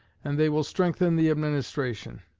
and they will strengthen the administration.